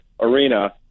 arena